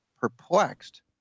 perplexed